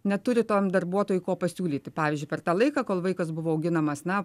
neturi tom darbuotojui ko pasiūlyti pavyzdžiui per tą laiką kol vaikas buvo auginamas na